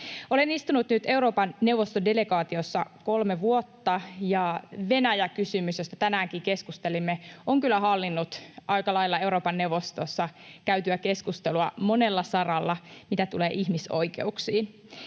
Olen nyt istunut Euroopan neuvoston delegaatiossa kolme vuotta, ja Venäjä-kysymys, josta tänäänkin keskustelimme, on kyllä hallinnut aika lailla Euroopan neuvostossa käytyä keskustelua monella saralla, mitä tulee ihmisoikeuksiin.